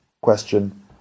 question